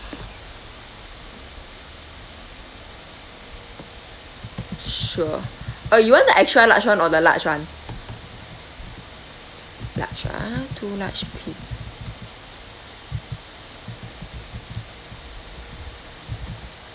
sure uh you want the extra large [one] or the large [one] large ah two large piece